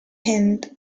and